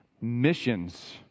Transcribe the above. Missions